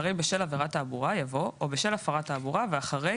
אחרי "בשל עבירת תעבורה" יבוא "או בשל הפרת תעבורה" ואחרי